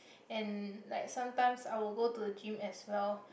and like sometimes I will go to the gym as well